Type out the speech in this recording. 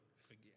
forget